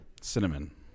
Cinnamon